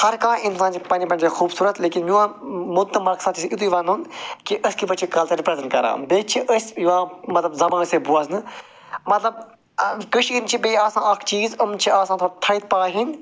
ہر کانٛہہ چھِ پَنٛنہِ پَنٛنہِ جایہِ خوٗبصوٗرَت لیکِن میون مُد تہٕ مقصد چھِ یُتٕے وَنُن کہ أسۍ کِتھ پٲٹھۍ چھِ کَلچَر رِپریزنٹ کران بیٚیہِ چھِ أسۍ یِوان مطلب زبٲنۍ سۭتۍ بوزنہٕ مطلب کٔشیٖرِ چھِ بیٚیہِ آسان اَکھ چیٖز یِم چھِ آسان تھوڑا تھٕد پایہِ ۂنٛدۍ